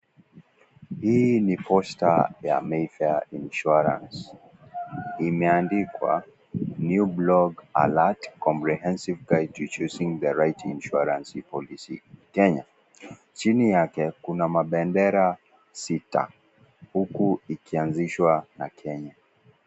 Hii ni posta ya Mayfair insurance imeandikwa new block alert comprehensive guide to choosing the right insurance policy kenya . Chini yake kuna mabendera sita huku ikianzishwa na kenya.